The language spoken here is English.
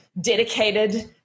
dedicated